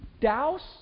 douse